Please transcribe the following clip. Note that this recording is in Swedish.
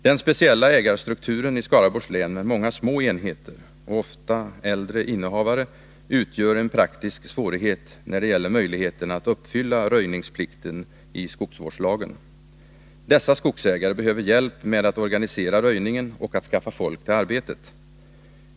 Den speciella ägarstrukturen i Skaraborgs län — med många små enheter och ofta äldre innehavare — utgör en praktisk svårighet när det gäller att uppfylla röjningsplikten i skogsvårdslagen. Dessa skogsägare behöver hjälp med att organisera röjningen och att skaffa folk till arbetet.